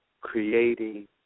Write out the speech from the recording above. Creating